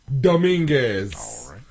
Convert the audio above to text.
Dominguez